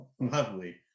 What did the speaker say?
lovely